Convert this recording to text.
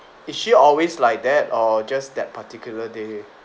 is she always like that or just that particular day